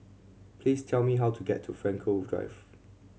please tell me how to get to Frankel Drive